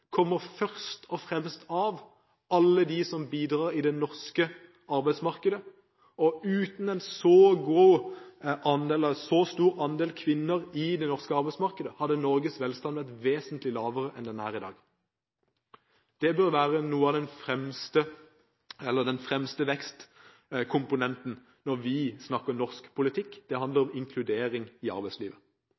først og fremst kommer av alle dem som bidrar i det norske arbeidsmarkedet. Uten en så stor andel kvinner i det norske arbeidsmarkedet hadde Norges velstand vært vesentlig lavere enn den er i dag. Det bør være den fremste vekstkomponenten når vi snakker norsk politikk. Det handler om inkludering i arbeidslivet.